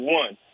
one